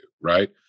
Right